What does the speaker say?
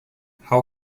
how